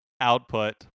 output